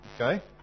okay